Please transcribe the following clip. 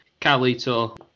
Calito